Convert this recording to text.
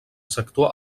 sector